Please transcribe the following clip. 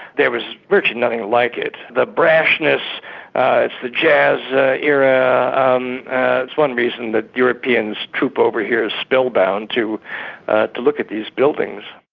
there was virtually nothing like it. the brashness it's the jazz ah era um it's one reason that european troop over here spellbound to to look at these buildings.